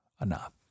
enough